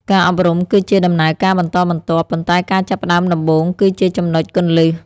ការអប់រំគឺជាដំណើរការបន្តបន្ទាប់ ប៉ុន្តែការចាប់ផ្ដើមដំបូងគឺជាចំណុចគន្លឹះ។